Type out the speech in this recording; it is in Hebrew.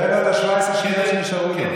תן לו את 17 השניות שנשארו לו.